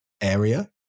area